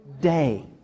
day